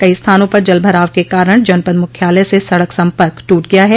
कई स्थानों पर जल भराव के कारण जनपद मुख्यालय से सड़क सम्पर्क टूट गया है